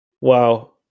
Wow